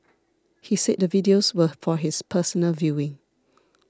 he said the videos were for his personal viewing